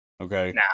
Okay